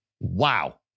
Wow